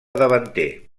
davanter